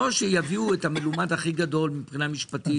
לא שיביאו את המלומד הכי גדול מבחינה משפטית,